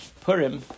Purim